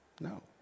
No